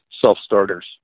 self-starters